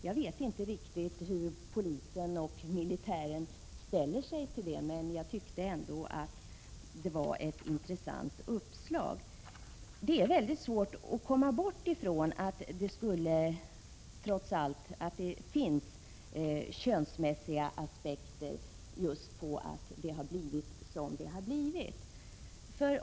Jag vet inte riktigt hur man inom polisen och militären ställer sig till detta, men jag tyckte att det var ett intressant uppslag. Det är trots allt väldigt svårt att komma bort ifrån tanken att det finns könsmässiga aspekter bakom att det blivit som det har blivit.